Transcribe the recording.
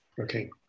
okay